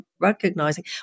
recognizing